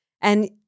And-